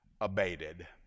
abated